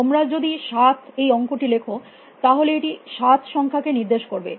তোমরা যদি 7 এই অঙ্কটি লেখ তাহলে এটি 7 সংখ্যা কে নির্দেশ করবে